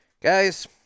Guys